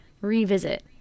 revisit